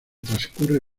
transcurre